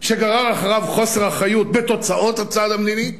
שגרר אחריו חוסר אחריות בתוצאות הצעד המדיני,